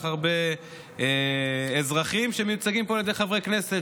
הרבה אזרחים שמיוצגים פה על ידי חברי כנסת,